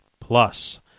Plus